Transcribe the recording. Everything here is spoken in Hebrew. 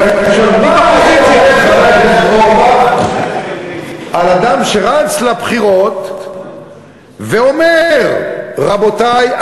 אני שואל מה היה אומר חבר הכנסת אורבך על אדם שרץ לבחירות ואומר: רבותי,